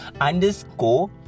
Underscore